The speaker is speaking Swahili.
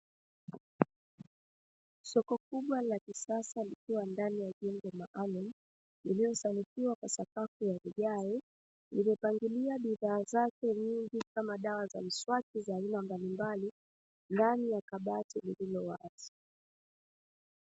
Soko kubwa la kisasa likiwa ndani ya jengo maalumu lililosanifiwa kwa sakafu ya vigae, lililopangilia bidhaa zake nyingi kama dawa za miswaki za aina mbalimbali ndani ya kabati lililo wazi.